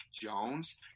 Jones